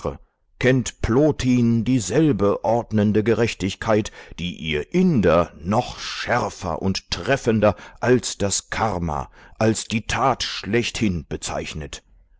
kennt plotin dieselbe ordnende gerechtigkeit die ihr inder noch schärfer und treffender als das karma als die tat schlechthin bezeichnet